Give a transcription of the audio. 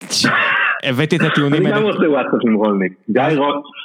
הבאתי את הטיעונים האלה אני גם עושה וואטסאפ עם רולניק, גיא רוק